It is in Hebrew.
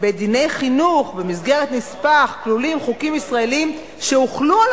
"בדיני חינוך במסגרת נספח כלולים חוקים ישראליים שהוחלו על